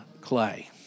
clay